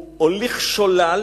הוא הוליך שולל